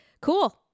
Cool